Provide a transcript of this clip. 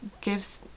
gives